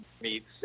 meets